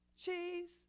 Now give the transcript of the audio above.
cheese